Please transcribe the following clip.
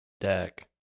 deck